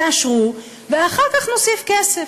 תאשרו, ואחר כך נוסיף כסף.